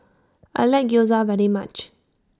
I like Gyoza very much